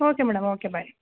okay madam okay bye